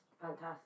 fantastic